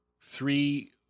three